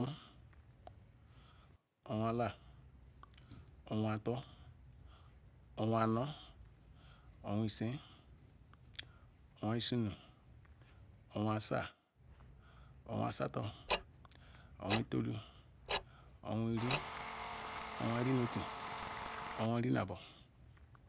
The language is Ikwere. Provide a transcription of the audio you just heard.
Nwala owa-ato, owa-anor, awa-ise owa-isuru, owa- Asa, owa-Asa to, owa-itolu, owa-iri, owa- lol- ni-otu owa-nrina-abo.